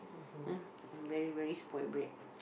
ya I'm very very spoiled brat